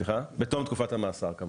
בתום תקופת המאסר.